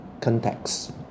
context